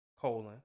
colon